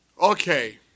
okay